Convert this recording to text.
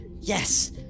Yes